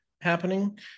happening